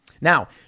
Now